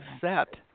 set